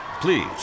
Please